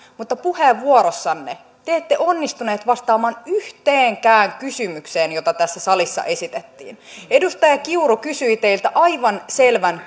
mutta puheenvuorossanne te ette onnistunut vastaamaan yhteenkään kysymykseen joka tässä salissa esitettiin edustaja kiuru kysyi teiltä aivan selvän